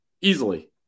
easily